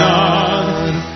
God